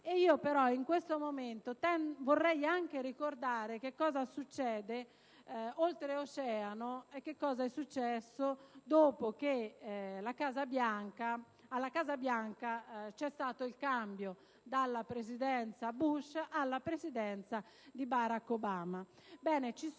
In questo momento, però, vorrei anche ricordare che cosa succede oltre oceano e che cosa è successo dopo che alla Casa Bianca vi è stato il cambio dalla Presidenza Bush alla Presidenza di Barack Obama.